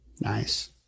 Nice